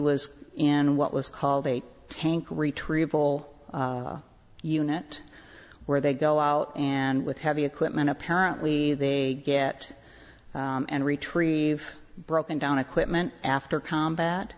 was in what was called a tank retrieval unit where they go out and with heavy equipment apparently they get and retrieve broken down equipment after combat